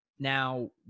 Now